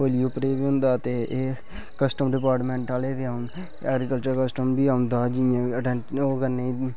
होली उप्पर बी होंदा ऐ ते एह् कस्टम डिपार्टमेंट आहले ऐगरीकलचर कस्टम बी होंदा जि'यां ओह् करने गी